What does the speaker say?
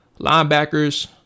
Linebackers